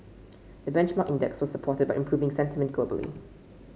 the benchmark index was supported by improving sentiment globally